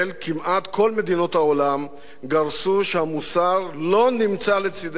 כמעט כל מדינות העולם גרסו שהמוסר לא נמצא לצדנו.